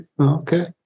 okay